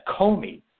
Comey